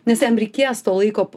nes jam reikės to laiko